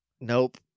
nope